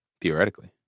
theoretically